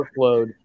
workload